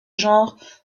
genre